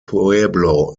pueblo